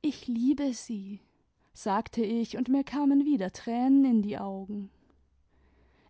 ich liebe sie sagte ich und mir kamen wieder tränen in die augen